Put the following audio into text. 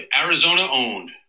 Arizona-owned